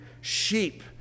Sheep